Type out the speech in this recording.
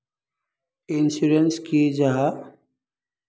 Insurance की जाहा?